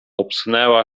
obsunęła